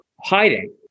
hiding